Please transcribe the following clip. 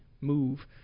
move